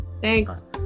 Thanks